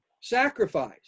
sacrifice